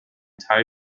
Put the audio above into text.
teil